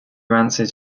rancid